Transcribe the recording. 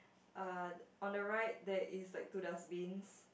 uh on the right there is like two dustbins